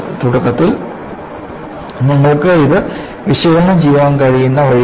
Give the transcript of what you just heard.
തുടക്കത്തിൽ നിങ്ങൾക്ക് ഇത് വിശകലനം ചെയ്യാൻ കഴിയുന്ന വഴിയാണ്